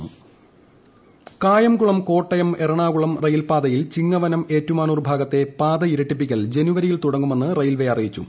കായംകുളം കോട്ടയം റെയിൽപ്പാത കായംകുളം കോട്ടയം എറണാകുളം റെയിൽപ്പാതയിൽ ചിങ്ങവനം ഏറ്റുമാനൂർ ഭാഗത്തെ പാത ഇരട്ടിപ്പിക്കൽ ജനുവരിയിൽ തുടങ്ങുമെന്ന് റയിൽവേ അറിയിച്ചു